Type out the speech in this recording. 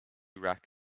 rak